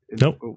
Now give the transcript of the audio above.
nope